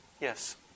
Yes